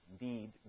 need